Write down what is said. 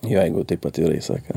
jo jeigu taip atvirai sakant